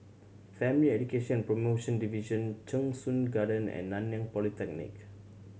Family Education Promotion Division Cheng Soon Garden and Nanyang Polytechnic